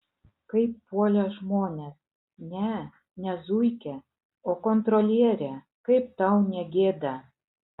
kaip puolė žmonės ne ne zuikę o kontrolierę kaip tau negėda